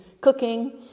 cooking